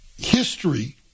history